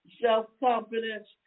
self-confidence